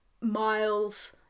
Miles